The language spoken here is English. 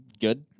good